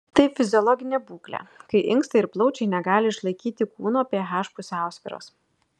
tai fiziologinė būklė kai inkstai ir plaučiai negali išlaikyti kūno ph pusiausvyros